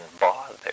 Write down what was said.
bother